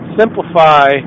simplify